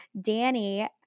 Danny